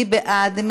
מי בעד?